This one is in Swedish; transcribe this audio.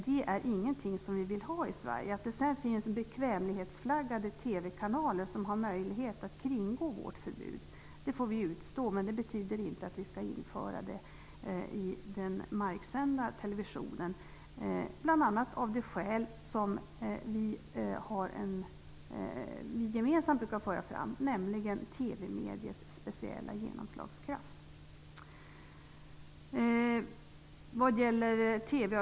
Det är ingenting som vi vill ha i Sverige. Att det sedan finns bekvämlighetsflaggade TV-kanaler som har möjlighet att kringgå vårt förbud får vi utstå, men det betyder inte att vi skall införa det i den marksända televisionen, bl.a. av det skäl som vi gemensamt brukar föra fram, nämligen TV-mediets speciella genomslagskraft.